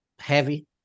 heavy